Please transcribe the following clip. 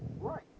Right